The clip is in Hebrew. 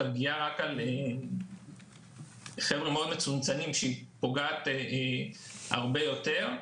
הפגיעה רק על קבוצה מצומצמת מאוד שנפגעת הרבה יותר.